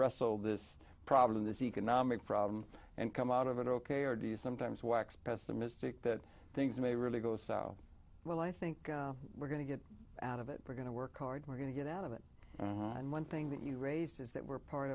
wrestle this problem this economic problem and come out of it ok or do you sometimes wax pessimistic that things may really go so well i think we're going to get out of it we're going to work hard we're going to get out of it and one thing that you've raised is that we're part